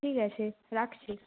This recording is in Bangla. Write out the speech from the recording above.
ঠিক আছে রাখছি